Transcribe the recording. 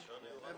כן.